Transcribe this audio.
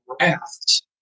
rafts